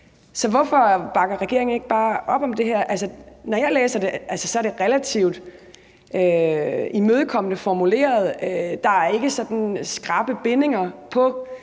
Så hvorfor bakker regeringen ikke bare op om det her? Når jeg læser det, er det relativt imødekommende formuleret. Der er ikke sådan skrappe bindinger på